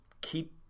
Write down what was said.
keep